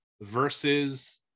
versus